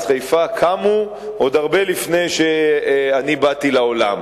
חיפה קמו עוד הרבה לפני שאני באתי לעולם.